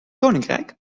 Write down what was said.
koninkrijk